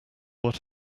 what